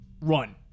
Run